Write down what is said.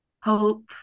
hope